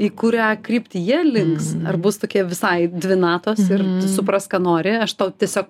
į kurią kryptį jie links ar bus tokie visai dvi natos ir suprask ką nori aš tau tiesiog